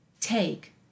Take